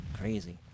crazy